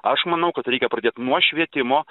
aš manau kad reikia pradėt nuo švietimo